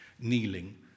kneeling